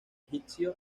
egipcio